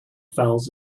fouls